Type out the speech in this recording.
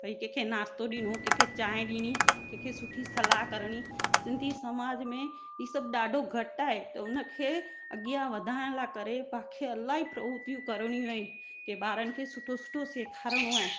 भई कंहिंखे नाश्तो ॾियणो कंहिंखे चांहि ॾियणी कंहिंखे सुठी सलाहु करणी सिंधी समाज में इहे सभु ॾाढो घटि आहे त उन खे अॻियां वधाइण लाइ करे पांखे इलाहीं प्रवृतियूं करणी आहिनि के ॿारनि खे सुठो सुठो सेखारिणो आहे